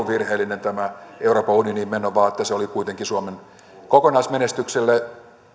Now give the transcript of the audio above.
virheellinen tämä euroopan unioniin meno vaan se oli kuitenkin suomen kokonaismenestykselle